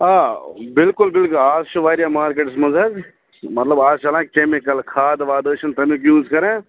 آ بِلکُل بِلکُل آز چھِ واریاہ مارکیٚٹَس منٛز حظ مطلب آز چھِ چلان کیٚمِکَل کھادٕ وادٕ أسۍ چھِنہٕ تٔمیُک یوٗز کران